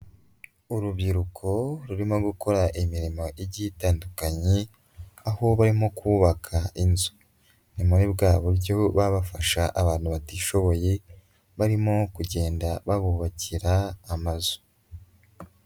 Urubyiruko rurimo gukora imirimo igiye itandukanye, aho barimo kubaka inzu. Ni muri bwa buryo baba bafasha abantu batishoboye barimo kugenda babubakira amazu.